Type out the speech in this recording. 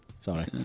Sorry